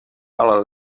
ale